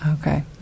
Okay